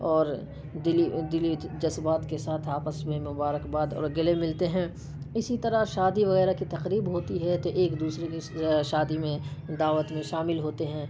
اور دلی دلی جذبات کے ساتھ آپس میں مبارک باد اور گلے ملتے ہیں اسی طرح شادی وغیرہ کی تقریب ہوتی ہے تو ایک دوسرے کی شادی میں دعوت میں شامل ہوتے ہیں